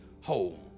whole